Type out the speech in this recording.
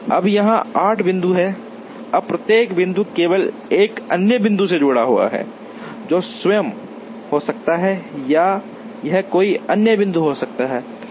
अब यहां 8 बिंदु हैं अब प्रत्येक बिंदु केवल एक अन्य बिंदु से जुड़ा हुआ है जो स्वयं हो सकता है या यह कोई अन्य बिंदु हो सकता है